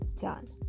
done